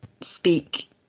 speak